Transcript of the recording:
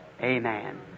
Amen